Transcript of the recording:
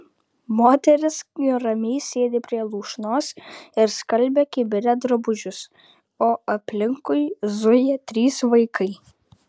moteris ramiai sėdi prie lūšnos ir skalbia kibire drabužius o aplinkui zuja trys vaikai